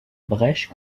brèche